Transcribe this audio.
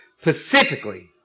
specifically